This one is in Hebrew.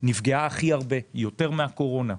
מדינת ישראל נפגעה הכי הרבה, יותר מאשר בקורונה.